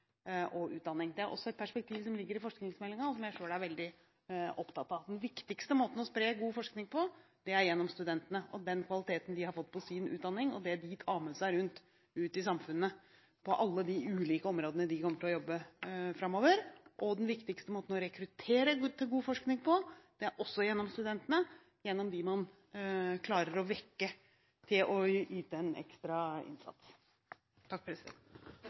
og utdanning. Det er også et perspektiv som ligger i forskningsmeldingen, og som jeg selv er veldig opptatt av. Den viktigste måten å spre god forskning på er gjennom studentene: gjennom den kvaliteten de har fått i sin utdanning, og gjennom det de tar med seg ut i samfunnet på alle de ulike områdene de kommer til å jobbe. Den viktigste måten å rekruttere til god forskning på er også gjennom studentene, gjennom dem man klarer å vekke til å yte en ekstra innsats.